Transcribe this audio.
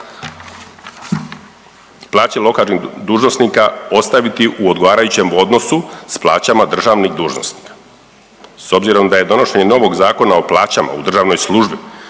plaći lokalnih dužnosnika ostaviti u odgovarajućem odnosu s plaćama državnih dužnosnika. S obzirom da je donošenje novog zakona o plaćama u državnoj službi